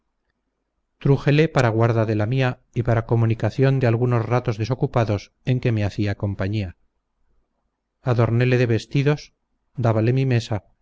trujele para guarda de la mía y para comunicación de algunos ratos desocupados en que me hacía compañía adornéle de vestidos dábale mi mesa